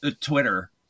Twitter